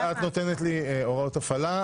את נותנת לי הוראות הפעלה.